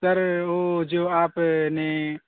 سر وہ جو آپ نے